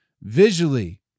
Visually